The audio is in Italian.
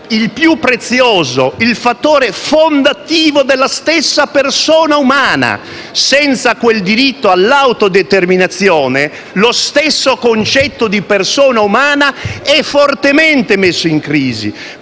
il più prezioso, il fattore fondativo della stessa persona umana. Senza quel diritto all'autodeterminazione, lo stesso concetto di persona umana è fortemente messo in crisi.